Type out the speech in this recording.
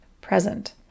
present